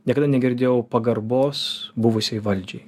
niekada negirdėjau pagarbos buvusiai valdžiai